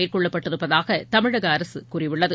மேற்கொள்ளப்பட்டிருப்பதாக தமிழக அரசு கூறியுள்ளது